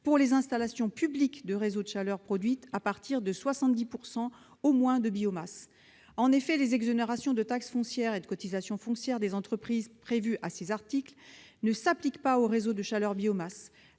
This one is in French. aux installations publiques de réseau de chaleur produite à partir de 70 % au moins de biomasse. Les exonérations de taxe foncière et de cotisation foncière des entreprises prévues à ces articles ne s'appliquent pas aux réseaux de chaleur biomasse.